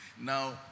now